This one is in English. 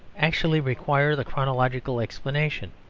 actually require the chronological explanation.